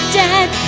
dead